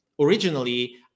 originally